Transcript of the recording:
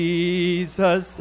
Jesus